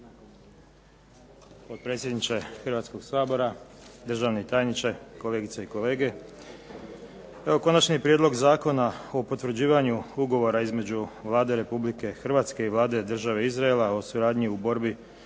Potpredsjedniče Hrvatskoga sabora, državni tajniče, kolegice i kolege. Evo Konačni prijedlog Zakona o potvrđivanju Ugovora između Vlade Republike Hrvatske i Vlade Države Izrael o suradnji u borbi